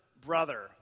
brother